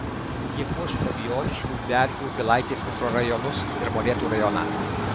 jie puoš fabijoniškių verkių pilaitės mikrorajonus ir molėtų rajoną